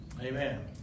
Amen